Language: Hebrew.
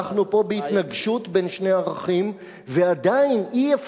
אם הוא יכתוב על הקיר,